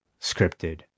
scripted